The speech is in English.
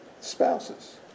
spouses